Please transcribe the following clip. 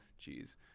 Jeez